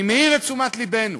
אני מעיר את תשומת לבנו,